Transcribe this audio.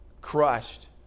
crushed